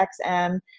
XM